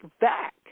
back